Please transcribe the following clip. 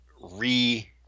re-